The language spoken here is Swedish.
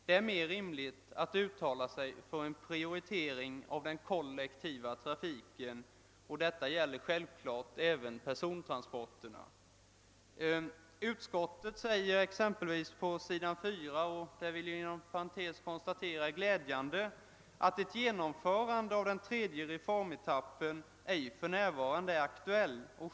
Det är mera rimligt att uttala sig för en prioritering av den kollektiva trafiken; 'detta gäller självfallet även persontransporterna. På s. 4 skriver utskottet — och det är glädjande — att ett genomförande av den tredje reformetappen för närvarande ej är aktuellt.